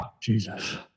jesus